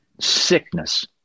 sickness